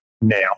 now